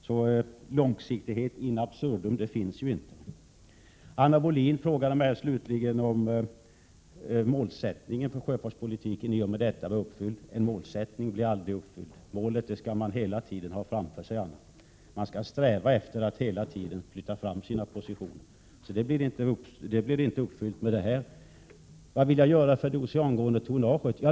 Så långsiktighet in absurdum finns inte. Anna Wohlin-Andersson frågade mig slutligen om målet för sjöfartspolitiken i och med detta beslut var uppfyllt. Ett mål blir aldrig uppfyllt. Målet skall man hela tiden ha framför sig. Man skall sträva efter att hela tiden flytta fram sina positioner. Anna Wohlin-Andersson frågade vidare vad jag vill göra beträffande oceangående tonnage.